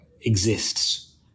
exists